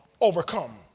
overcome